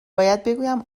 بگویم